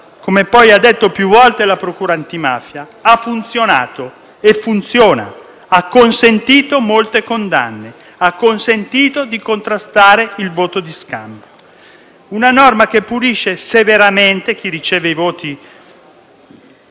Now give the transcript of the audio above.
come ha detto più volte la procura antimafia, ha funzionato e funziona: ha consentito molte condanne e ha permesso di contrastare il voto di scambio. È una norma che punisce severamente chi riceve i voti